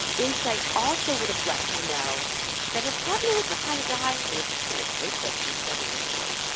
insight also would have let her know that her partner was the kind of guy who was just going to take what she said literally.